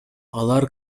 алар